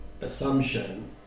assumption